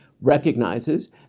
recognizes